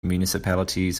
municipalities